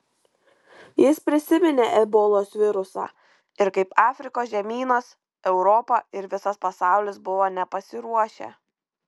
jis prisiminė ebolos virusą ir kaip afrikos žemynas europa ir visas pasaulis buvo nepasiruošę